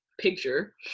picture